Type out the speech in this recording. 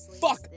fuck